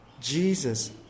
Jesus